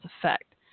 effect